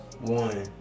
One